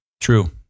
True